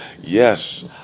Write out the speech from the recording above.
Yes